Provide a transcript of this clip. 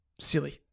silly